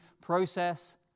process